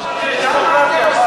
למה אתם עושים?